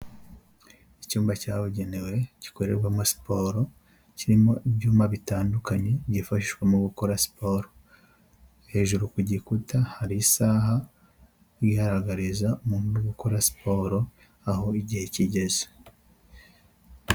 Icyumba cyabugenewe gikorerwamo siporo, kirimo ibyuma bitandukanye, byifashishwa mu gukora siporo. Hejuru ku gikuta hari isaha yo igaragariza umuntu uri gukora siporo aho igihe kigeze.